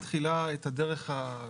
לא לעגן את זה בחוק?